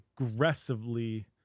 aggressively